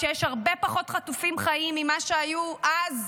כשיש הרבה פחות חטופים חיים ממה שהיו אז,